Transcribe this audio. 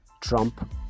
Trump